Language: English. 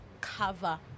cover